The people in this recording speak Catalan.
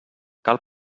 cal